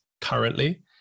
currently